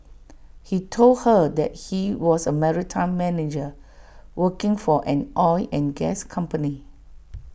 he told her that he was A maritime manger working for an oil and gas company